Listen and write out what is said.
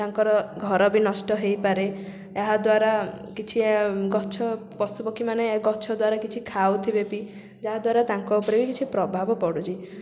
ତାଙ୍କର ଘର ବି ନଷ୍ଟ ହେଇପାରେ ଏହା ଦ୍ୱାରା କିଛି ଗଛ ପଶୁପକ୍ଷୀ ମାନେ ଗଛ ଦ୍ୱାରା କିଛି ଖାଉଥିବେ ବି ଯାହାଦ୍ୱାରା ତାଙ୍କ ଉପରେ ବି କିଛି ପ୍ରଭାବ ପଡ଼ୁଛି